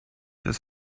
das